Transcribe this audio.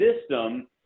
system